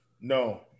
No